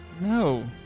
No